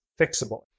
fixable